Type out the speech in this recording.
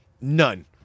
None